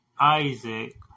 Isaac